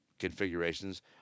configurations